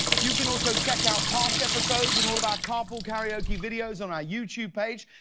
you can also check out past episodes and all of our carpool karaoke videos on our you toob page.